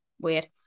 weird